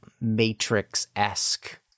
Matrix-esque